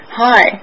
hi